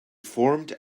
formed